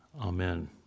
Amen